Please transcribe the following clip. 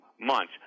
months